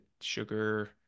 sugar